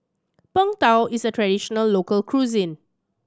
Png Tao is a traditional local cuisine